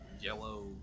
yellow